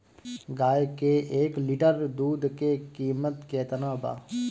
गाय के एक लिटर दूध के कीमत केतना बा?